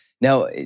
Now